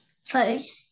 First